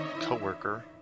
co-worker